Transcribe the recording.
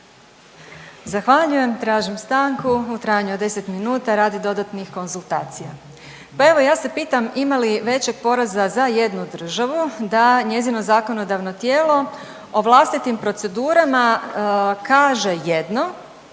Zahvaljujem. Tražim stanku u trajanju od 10 minuta radi dodatnih konzultacija. Pa evo ja se pitam ima li većeg poraza za jednu državu da njezino zakonodavno tijelo o vlastitim procedurama kaže jedno,